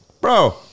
Bro